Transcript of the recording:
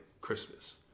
Christmas